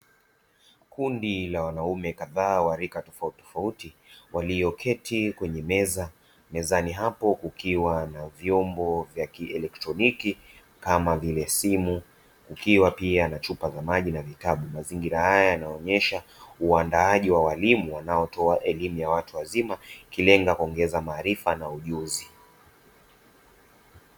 Kundi la wanaume kadhaa wa rika tofautitofauti, walioketi kwenye meza, mezani hapo kukiwa na vyombo vya kielektroniki kama vile; simu ukiwa pia na chupa za maji na vitabu, mazingira haya yanaonyesha uandaaji wa walimu wanaotoa elimu ya watu wazima ikilenga kuongeza maarifa na ujuzi.